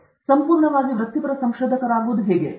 ನಾವು ಸಂಪೂರ್ಣವಾಗಿ ವೃತ್ತಿಪರ ಸಂಶೋಧಕರಾಗುವುದು ಹೇಗೆ